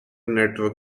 network